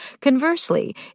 Conversely